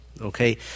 okay